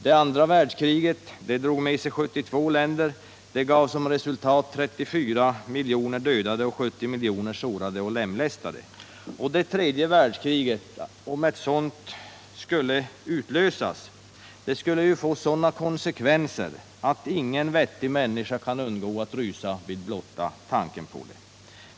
Det andra världskriget drog med sig 72 länder, och det gav som resultat 34 miljoner dödade och 70 miljoner sårade och lemlästade. Ett tredje världskrig skulle, om det utlöstes, få sådana konsekvenser att ingen vettig människa kan undgå att rysa vid blotta tanken på det.